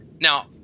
Now